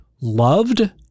loved